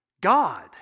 God